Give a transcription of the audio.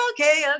Okay